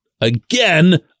again